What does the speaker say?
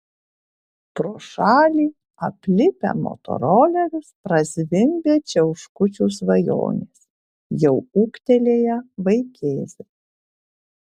pro šalį aplipę motorolerius prazvimbia čiauškučių svajonės jau ūgtelėję vaikėzai